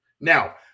Now